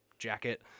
Jacket